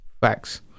facts